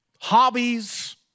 hobbies